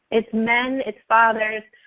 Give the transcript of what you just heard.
it's men, it's fathers,